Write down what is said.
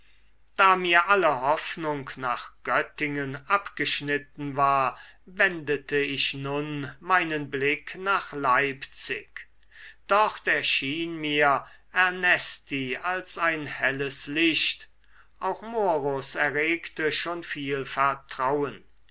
da mir alle hoffnung nach göttingen abgeschnitten war wendete ich nun meinen blick nach leipzig dort erschien mir ernesti als ein helles licht auch morus erregte schon viel vertrauen